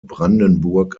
brandenburg